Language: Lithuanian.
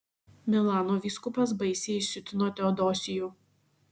milano vyskupas baisiai įsiutino teodosijų